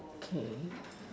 K